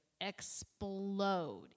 explode